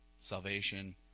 salvation